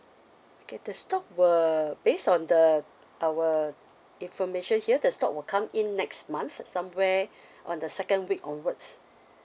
okay the stock will based on the our information here the stock will come in next month somewhere on the second week onwards